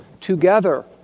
together